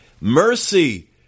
Mercy